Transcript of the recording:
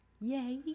Yay